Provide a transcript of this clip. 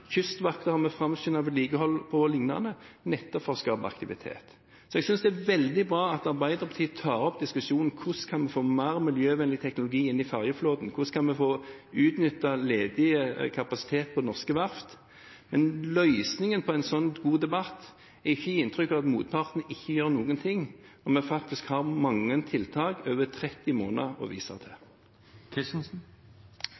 nettopp for å skape aktivitet. Jeg synes det er veldig bra at Arbeiderpartiet tar opp diskusjonen om hvordan vi kan få mer miljøvennlig teknologi inn i fergeflåten, og hvordan vi kan få utnyttet ledig kapasitet på norske verft. Men løsningen på en slik god debatt er ikke å gi inntrykk av at motparten ikke gjør noen ting, når vi faktisk har mange tiltak og mer enn 30 måneder å vise til.